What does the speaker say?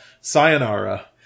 sayonara